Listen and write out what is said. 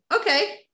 okay